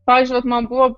pavyzdžiui vat man buvo